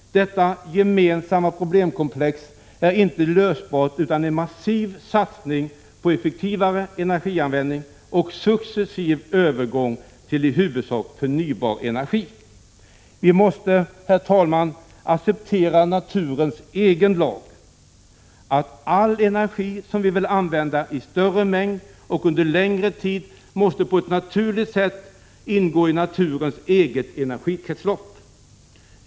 Detta gemensamma problemkomplex kan inte lösas utan en massiv satsning på effektivare energianvändning och successiv övergång till i huvudsak förnybar energi. Vi måste, herr talman, acceptera naturens egen lag: att all energi som vi vill använda i större mängd och under längre tid på ett naturligt sätt måste ingå i naturens eget energikretslopp.